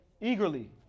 eagerly